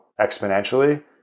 exponentially